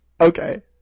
Okay